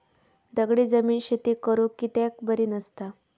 दगडी जमीन शेती करुक कित्याक बरी नसता?